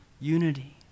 unity